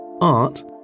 art